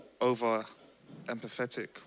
over-empathetic